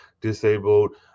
disabled